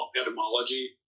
etymology